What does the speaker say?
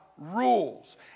rules